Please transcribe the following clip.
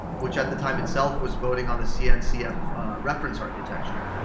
which at the time itself was voting on the cncf reference architecture.